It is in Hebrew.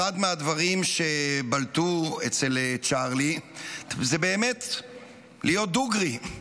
אחד מהדברים שבלטו אצל צ'רלי הוא באמת להיות דוגרי,